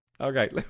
Okay